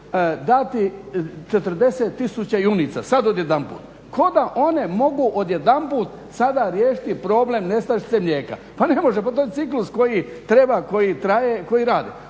dati 40 tisuća junica sad odjedanput. Kao da one mogu odjedanput sada riješiti problem nestašice mlijeka. Pa ne može, to je ciklus koji treba, koji traje i koji radi.